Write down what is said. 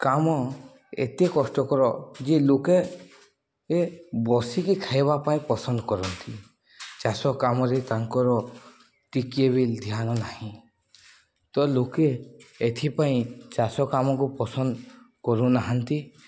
କାମ ଏତେ କଷ୍ଟକର ଯେ ଲୋକେ ଏ ବସିକି ଖାଇବା ପାଇଁ ପସନ୍ଦ କରନ୍ତି ଚାଷ କାମରେ ତାଙ୍କର ଟିକେ ବି ଧ୍ୟାନ ନାହିଁ ତ ଲୋକେ ଏଥିପାଇଁ ଚାଷ କାମକୁ ପସନ୍ଦ କରୁନାହାନ୍ତି